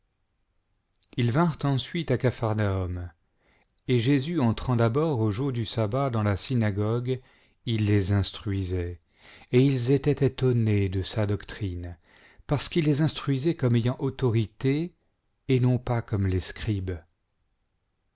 lis vinrent ensuite à capharnaùm et jésus entrant d'abord au jour du sabbat dans la synagogue il les instruisait et ils étaient étonnés de sa doctrine parce qu'il les instruisait comme ayant autorité et non pas comme les scribes